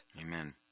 Amen